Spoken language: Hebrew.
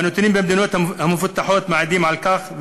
והנתונים במדינות המפותחות מעידים על כך,